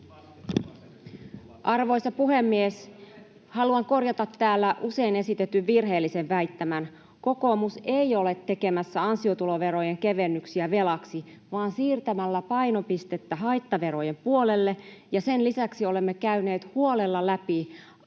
Arvoisa puhemies! Haluan korjata täällä usein esitetyn virheellisen väittämän: kokoomus ei ole tekemässä ansiotuloverojen kevennyksiä velaksi vaan siirtämässä painopistettä haittaverojen puolelle. — Sen lisäksi olemme käyneet huolella läpi,